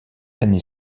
années